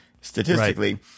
statistically